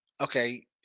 okay